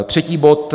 Třetí bod.